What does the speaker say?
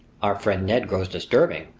our friend ned grows disturbing,